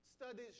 Studies